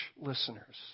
listeners